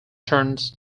turns